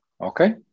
Okay